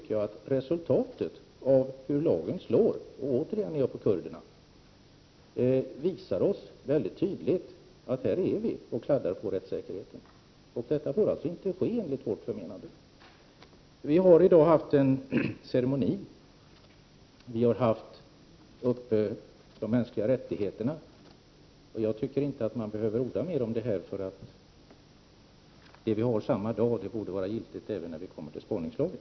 Resultatet av hur lagen slår — jag tänker återigen på kurderna — visar oss tydligt att vi här är framme och kladdar på rättssäkerheten. Det får enligt vårt förmenande inte ske. Vi har i dag haft en ceremoni, och vi har haft uppe de mänskliga rättigheterna. Jag tycker därför inte att man behöver orda mer om detta. Det vi talat om tidigare i dag borde vara giltigt även när vi kommer till spaningslagen.